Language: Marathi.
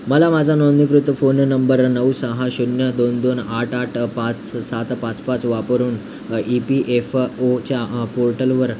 मला माझा नोंदणीकृत फोन नंबर नऊ सहा शून्य दोन दोन आठ आठ पाच सात पाच पाच वापरून ई पी एफ ओच्या पोर्टलवर